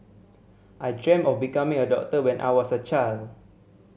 I dreamt of becoming a doctor when I was a child